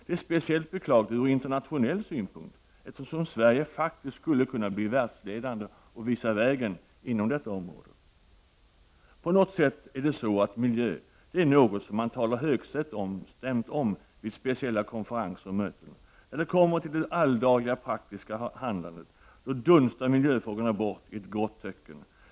Det är speciellt beklagligt ur internationell synpunkt, eftersom Sverige faktiskt skulle kunna bli vär!dsledande och visa vägen inom detta område. På något sätt är det så att miljö är något som man talar högstämt om vid speciella konferenser och möten. När det kommer till det alldagliga praktiska handlandet dunstar miljöfrågorna bort i ett grått töcken.